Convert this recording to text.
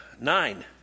nine